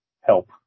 help